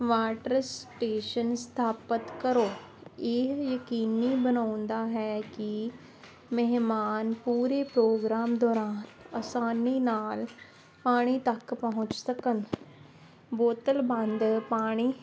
water station ਸਥਾਪਿਤ ਕਰੋ ਇਹ ਯਕੀਨੀ ਬਣਾਉਂਦਾ ਹੈ ਕਿ ਮਹਿਮਾਨ ਪੂਰੇ ਪ੍ਰੋਗਰਾਮ ਦੌਰਾਨ ਆਸਾਨੀ ਨਾਲ ਪਾਣੀ ਤੱਕ ਪਹੁੰਚ ਸਕਣ ਬੋਤਲ ਬੰਦ ਪਾਣੀ